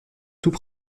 tout